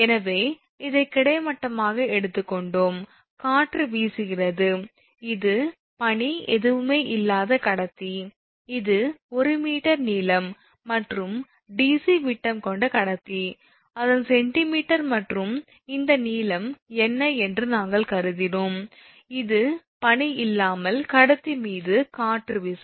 எனவே இதை கிடைமட்டமாக எடுத்துக்கொண்டோம் காற்று வீசுகிறது இது பனி எதுவுமே இல்லாத கடத்தி இது 1 மீட்டர் நீளம் மற்றும் 𝑑𝑐 விட்டம் கொண்ட கடத்தி அதன் சென்டிமீட்டர் மற்றும் இந்த நீளம் என்ன என்று நாங்கள் கருதினோம் இது பனி இல்லாமல் கடத்தி மீது காற்று விசை